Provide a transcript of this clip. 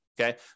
okay